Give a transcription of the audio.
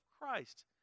Christ